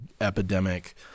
epidemic